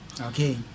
Okay